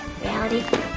reality